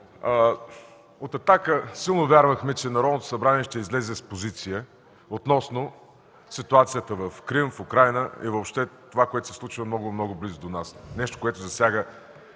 От „Атака” силно вярвахме, че Народното събрание ще излезе с позиция относно ситуацията в Крим, в Украйна и въобще за това, което се случва много, много близо до нас и засяга